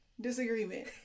disagreement